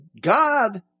God